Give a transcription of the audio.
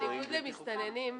בניגוד למסתננים,